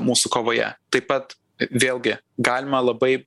mūsų kovoje taip pat vėlgi galima labai